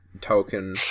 token